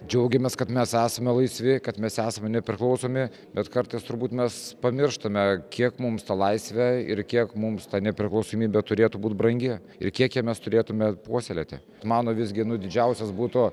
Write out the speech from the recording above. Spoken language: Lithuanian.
džiaugiamės kad mes esame laisvi kad mes esame nepriklausomi bet kartais turbūt mes pamirštame kiek mums ta laisvė ir kiek mums ta nepriklausomybė turėtų būt brangi ir kiek ją mes turėtume puoselėti mano visgi nu didžiausias būtų